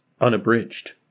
unabridged